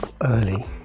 early